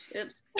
oops